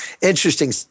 interesting